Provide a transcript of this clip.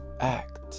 act